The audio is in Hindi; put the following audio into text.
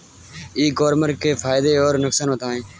ई कॉमर्स के फायदे और नुकसान बताएँ?